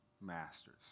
masters